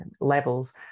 levels